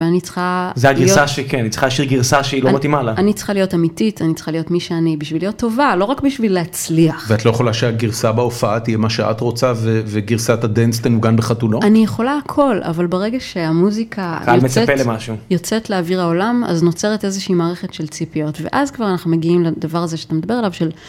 אני צריכה.. זה הגרסה שכן, היא צריכה להשאיר גרסה שהיא לא מתאימה לך. אני צריכה להיות אמיתית, אני צריכה להיות מי שאני בשביל להיות טובה, לא רק בשביל להצליח. ואת לא יכולה שהגרסה בהופעה תהיה מה שאת רוצה וגרסאת הדנס תנוגן בחתונות? אני יכולה הכל, אבל ברגע שהמוזיקה יוצאת לאוויר העולם אז נוצרת איזושהי מערכת של ציפיות, ואז כבר אנחנו מגיעים לדבר הזה שאתה מדבר עליו של